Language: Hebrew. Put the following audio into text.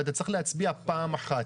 ואתה צריך להצביע פעם אחת.